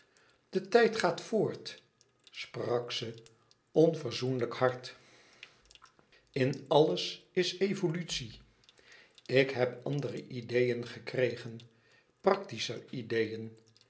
de tijd gaat voort sprak ze onverzoenlijk hard in alles is evolutie ik heb andere ideeën gekregen praktischer ideeën